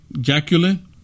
Jacqueline